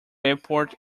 airport